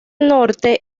norte